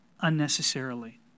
unnecessarily